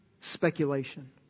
speculation